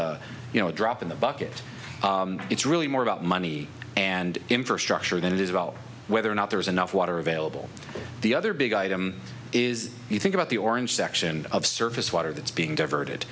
just you know a drop in the bucket it's really more about money and infrastructure than it is about whether or not there's enough water available the other big item is you think about the orange section of surface water that's being diverted